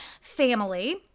family